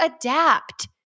adapt